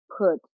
put